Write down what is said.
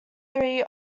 three